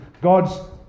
God's